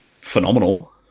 phenomenal